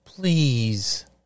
Please